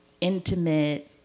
intimate